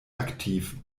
aktiv